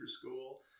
school